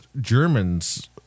Germans